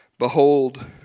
Behold